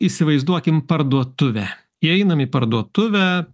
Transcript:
įsivaizduokim parduotuvę įeinam į parduotuvę